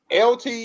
LT